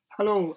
Hello